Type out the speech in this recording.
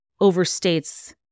overstates